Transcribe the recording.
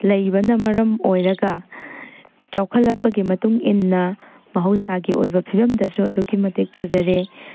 ꯂꯩꯕꯅ ꯃꯔꯝ ꯑꯣꯏꯔꯒ ꯆꯥꯎꯈꯠꯂꯛꯄꯒꯤ ꯃꯇꯨꯡ ꯏꯟꯅ ꯃꯍꯧꯁꯥꯒꯤ ꯑꯣꯏꯕ ꯐꯤꯕꯝꯗꯁꯨ ꯑꯗꯨꯛꯀꯤ ꯃꯇꯤꯛ ꯐꯖꯔꯦ